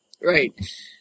Right